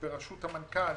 בראשות המנכ"ל,